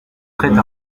prête